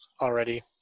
already